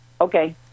Okay